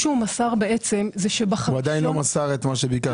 מה שהוא מסר בעצם- -- עדיין לא מסר את מה שביקשנו.